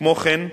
כמו כן,